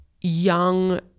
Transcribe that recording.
young